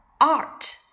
art